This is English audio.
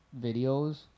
videos